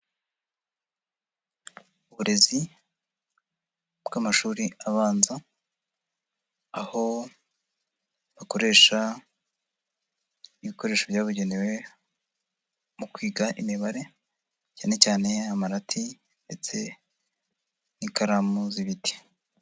Uburezi bw'amashuri abanza, aho bakoresha ibikoresho byabugenewe mu kwiga imibare, cyane cyane amarati ndetse n'ikaramu z'ibiti.